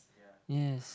yes